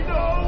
no